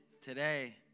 today